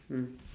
mm